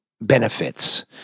benefits